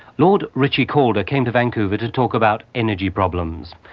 lord ritchie-calder came to vancouver to talk about energy problems,